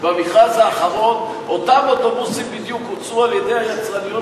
במכרז האחרון אותם אוטובוסים בדיוק יוצרו על-ידי היצרניות